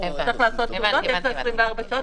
אם הוא צריך פעולות, יש לו 24 שעות.